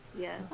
Yes